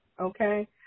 okay